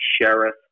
sheriff